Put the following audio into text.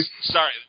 Sorry